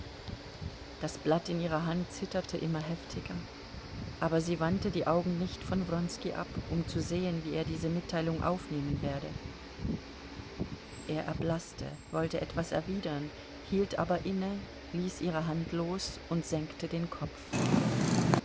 das blatt in ihrer hand zitterte immer heftiger aber sie wandte die augen nicht von wronski ab um zu sehen wie er diese mitteilung aufnehmen werde er erblaßte wollte etwas erwidern hielt aber inne ließ ihre hand los und senkte den kopf